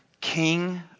King